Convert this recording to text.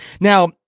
Now